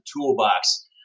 toolbox